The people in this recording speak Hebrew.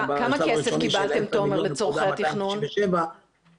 בשלב הראשוני של 10,257,000 מיליון,